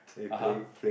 (uh huh)